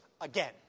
again